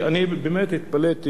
אני באמת התפלאתי,